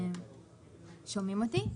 שומעים אותי?